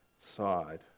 side